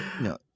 no